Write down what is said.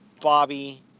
bobby